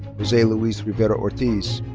jose luis rivera-ortiz.